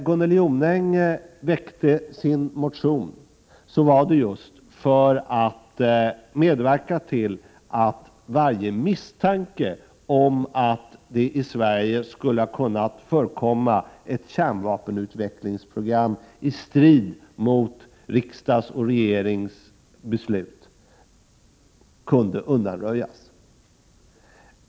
Gunnel Jonäng väckte sin motion just för att medverka till att varje misstanke om att det i Sverige skulle ha kunnat förekomma ett kärnvapenutvecklingsprogram i strid mot riksdagens och regeringens beslut kunde undanröjas.